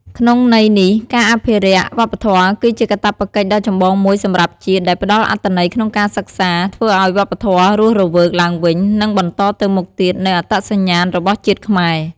ក្នុងន័យនេះ ការអភិរក្សវប្បធម៌គឺជាកាតព្វកិច្ចដ៏ចម្បងមួយសម្រាប់ជាតិ ដែលផ្ដល់អត្ថន័យក្នុងការសិក្សា ធ្វើឲ្យវប្បធម៌រស់រវើកឡើងវិញ និងបន្តទៅមុខទៀតនូវអត្តសញ្ញាណរបស់ជាតិខ្មែរ។